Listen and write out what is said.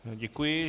Děkuji.